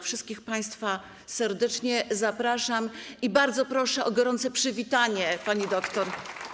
Wszystkich państwa serdecznie zapraszam i bardzo proszę o gorące przywitanie pani doktor.